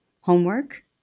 homework